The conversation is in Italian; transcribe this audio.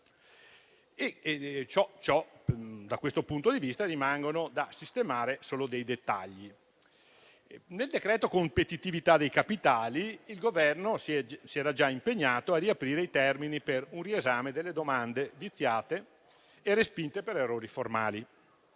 tecnica. Da questo punto di vista rimangono da sistemare solo dei dettagli. Nel provvedimento per la competitività dei capitali il Governo si era già impegnato a riaprire i termini per un riesame delle domande viziate e respinte per errori formali.